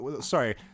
sorry